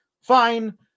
Fine